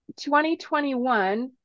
2021